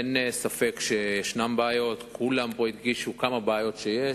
אין ספק שיש בעיות, כולם פה הדגישו כמה בעיות יש,